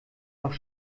noch